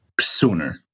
sooner